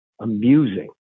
amusing